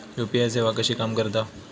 UPI सेवा कशी काम करता?